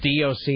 doc